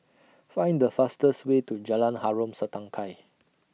Find The fastest Way to Jalan Harom Setangkai